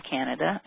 Canada